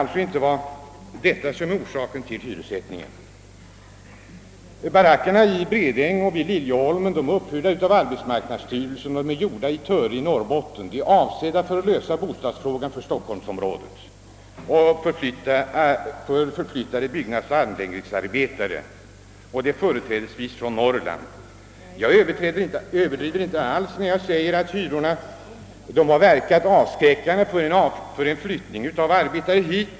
Läget på ortens bostadsmarknad har tydligen inte varit orsaken till den höga hyressättningen i de baracker i Bredäng och Liljeholmen som uppförts av arbetsmarknadsstyrelsen. Dessa baracker är tillverkade i Töre i Norrbotten och de är avsedda att lösa bostadsfrågan i Stockholm vid omflyttning av byggnadsoch anläggningsarbetare, företrädesvis från Norrland. Jag överdriver inte alls när jag säger att hyrorna har verkat avskräckande för en flyttning av arbetare hit.